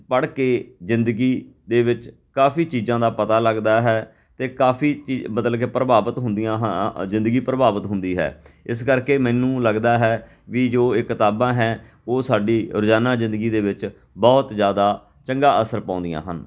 ਪੜ੍ਹ ਕੇ ਜ਼ਿੰਦਗੀ ਦੇ ਵਿੱਚ ਕਾਫੀ ਚੀਜ਼ਾਂ ਦਾ ਪਤਾ ਲੱਗਦਾ ਹੈ ਅਤੇ ਕਾਫੀ ਚੀ ਮਤਲਬ ਕਿ ਪ੍ਰਭਾਵਿਤ ਹੁੰਦੀਆਂ ਹਾਂ ਜ਼ਿੰਦਗੀ ਪ੍ਰਭਾਵਿਤ ਹੁੰਦੀ ਹੈ ਇਸ ਕਰਕੇ ਮੈਨੂੰ ਲੱਗਦਾ ਹੈ ਵੀ ਜੋ ਇਹ ਕਿਤਾਬਾਂ ਹੈ ਉਹ ਸਾਡੀ ਰੋਜ਼ਾਨਾ ਜ਼ਿੰਦਗੀ ਦੇ ਵਿੱਚ ਬਹੁਤ ਜ਼ਿਆਦਾ ਚੰਗਾ ਅਸਰ ਪਾਉਂਦੀਆਂ ਹਨ